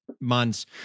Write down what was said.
months